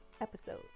episode